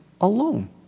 alone